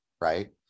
right